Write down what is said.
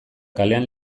kalean